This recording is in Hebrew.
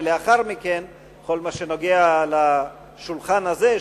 ולאחר מכן כל מה שנוגע לשולחן הזה,